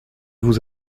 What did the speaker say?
vous